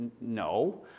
No